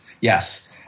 Yes